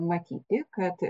matyti kad